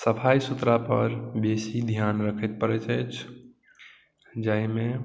सफाइ सुथड़ापर बेसी ध्यान रखैत पड़ैत अछि जाहिमे